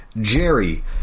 Jerry